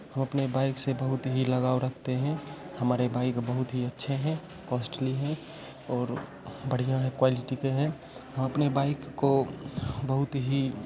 हम अपने बाइक से बहुत ही लगाव रखते हैं हमारे बाइक बहुत ही अच्छे हैं कॉस्टली है और बढ़िया हैं क्वालिटी के हैं अपने बाइक को बहुत ही